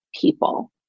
people